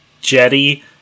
jetty